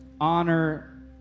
honor